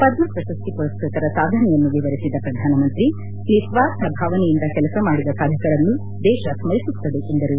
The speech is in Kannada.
ಪದ್ಮ ಪ್ರಶಸ್ತಿ ಪುರಸ್ಕ್ವತರ ಸಾಧನೆಯನ್ನು ವಿವರಿಸಿದ ಪ್ರಧಾನಮಂತ್ರಿ ನಿಸ್ವಾರ್ಥ ಭಾವನೆಯಿಂದ ಕೆಲಸ ಮಾಡಿದ ಸಾಧಕರನ್ನು ದೇಶ ಸ್ಮರಿಸುತ್ತದೆ ಎಂದರು